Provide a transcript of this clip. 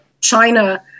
China